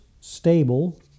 Stable